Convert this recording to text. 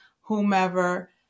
whomever